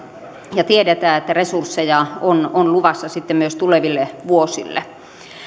ja tiedetään että resursseja on on luvassa sitten myös tuleville vuosille